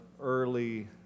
early